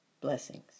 Blessings